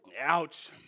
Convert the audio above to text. Ouch